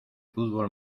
fútbol